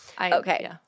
Okay